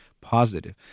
positive